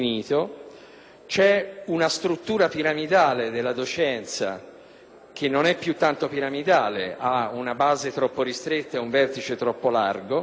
una struttura piramidale della docenza, che non è più tanto tale perché ha una base troppo ristretta ed un vertice troppo largo;